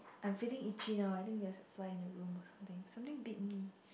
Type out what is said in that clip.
I'm feeling itchy now I think there's a fly in the room or something something bit me